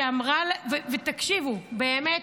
תקשיבו, באמת,